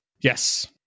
yes